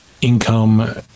income